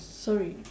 sorry